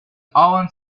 owen